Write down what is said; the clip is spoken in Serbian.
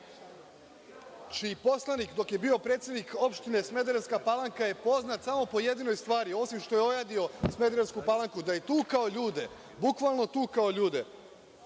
čiji poslanik dok je bio predstavnik opštine Smederevska Palanka je poznat samo po jednoj stvari, osim što je ojadio Smederevsku Palanku, da je tukao ljude, bukvalno tukao ljude.